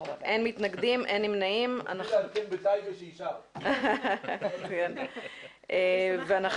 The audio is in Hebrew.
אין נמנעים, אין אושר אין נמנעים, אין מתנגדים.